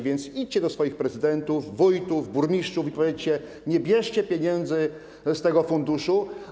Więc idźcie do swoich prezydentów, wójtów, burmistrzów i powiedzcie: nie bierzcie pieniędzy z tego funduszu.